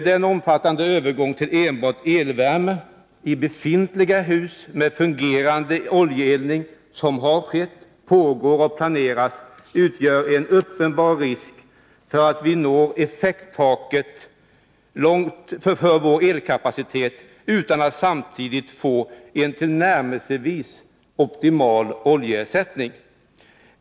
Den omfattande övergången till enbart elvärme i befintliga hus med fungerande oljeeldning som har skett, pågår och planeras, utgör en uppenbar risk för att vi når ”effekttaket” för vår elkapacitet utan att samtidigt få en tillnärmelsevis optimal oljeersättning.